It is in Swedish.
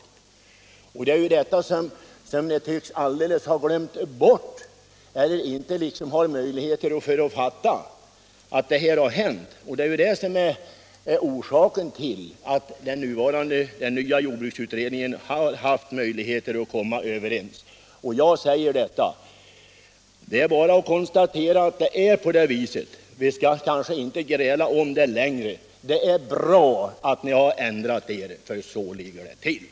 Ni tycks alldeles ha glömt eller liksom inte ha möjligheter att fatta att detta har hänt och att det är orsaken till att den nya jordbruksutredningen haft möjligheter att bli enig. Jag vill säga: Det är bara att konstatera att det är på det viset. Vi skall kanske inte gräla om det längre. Det är bra att ni ändrat er —- för det har ni gjort.